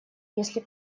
если